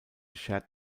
shared